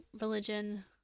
religion